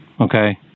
Okay